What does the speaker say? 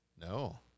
No